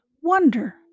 Wonder